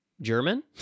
German